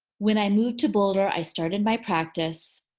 when i moved to boulder, i started my practice.